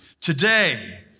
today